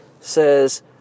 says